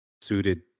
suited